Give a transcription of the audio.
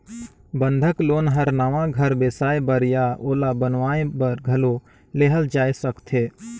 बंधक लोन हर नवा घर बेसाए बर या ओला बनावाये बर घलो लेहल जाय सकथे